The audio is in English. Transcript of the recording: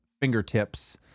fingertips